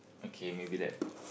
okay maybe that